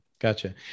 Gotcha